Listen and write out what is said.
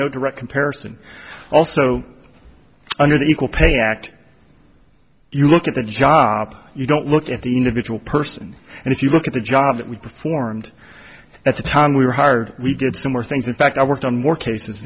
no direct comparison also under the equal pay act you look at the job you don't look at the individual person and if you look at the job that we performed at the time we were hired we did similar things in fact i worked on more cases